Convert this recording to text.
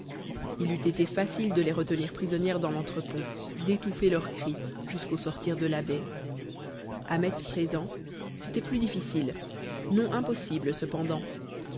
il eût été facile de les retenir prisonnières dans l'entrepont d'étouffer leurs cris jusqu'au sortir de la baie ahmet présent c'était plus difficile non impossible cependant